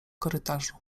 korytarzu